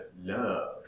Love